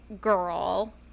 girl